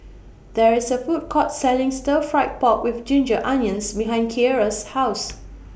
There IS A Food Court Selling Stir Fried Pork with Ginger Onions behind Kierra's House